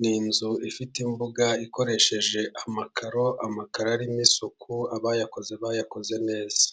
ni inzu ifite imbuga ikoresheje amakaro, amakaro arimo isuku, abayakoze bayakoze neza.